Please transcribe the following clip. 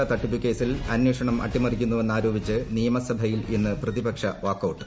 പരീക്ഷ തട്ടിപ്പുക്കേസിൽ അന്വേഷണം അട്ടിമറിക്കുന്നുവെന്ന് ആരോപിച്ച് നിയമസഭയിൽ ഇന്ന് പ്രതിപക്ഷ വാക്കൌട്ട്